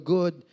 Good